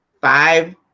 Five